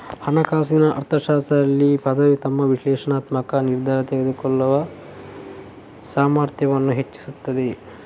ಹಣಕಾಸಿನ ಅರ್ಥಶಾಸ್ತ್ರದಲ್ಲಿ ಪದವಿ ನಿಮ್ಮ ವಿಶ್ಲೇಷಣಾತ್ಮಕ ನಿರ್ಧಾರ ತೆಗೆದುಕೊಳ್ಳುವ ಸಾಮರ್ಥ್ಯವನ್ನ ಹೆಚ್ಚಿಸ್ತದೆ